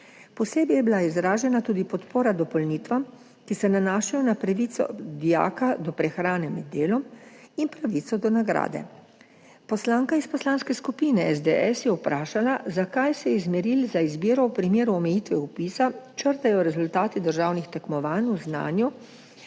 Posebej je bila izražena tudi podpora dopolnitvam, ki se nanašajo na pravico dijaka do prehrane med delom in pravico do nagrade. Poslanka iz Poslanske skupine SDS je vprašala, zakaj se iz meril za izbiro v primeru omejitve vpisa črtajo rezultati državnih tekmovanj v znanju